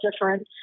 different